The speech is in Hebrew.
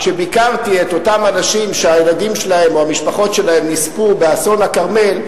כשביקרתי את אותם אנשים שהילדים שלהם או המשפחות שלהם נספו באסון הכרמל,